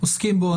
עוסקים בו,